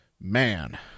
man